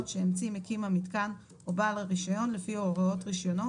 שהמציא מקים המיתקן או בעל הרישיון לפי הוראות רישיונו,